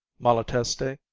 malatesti,